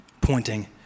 pointing